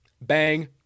Bang